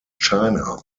china